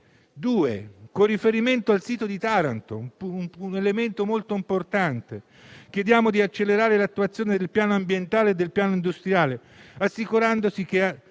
luogo, con riferimento al sito di Taranto, chiediamo un elemento molto importante, ossia di accelerare l'attuazione del piano ambientale e del piano industriale, assicurandosi che